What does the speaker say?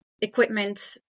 equipment